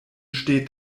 steht